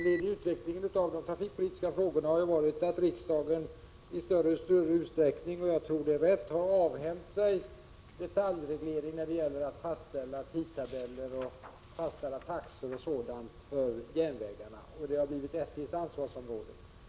Vid utvecklingen av de trafikpolitiska frågorna har det ju gått till så att riksdagen i allt större utsträckning har avhänt sig detaljreglering när det gäller att fastställa tidtabeller, taxor och sådant för järnvägarna; det har blivit SJ:s ansvarsområde.